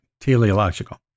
Teleological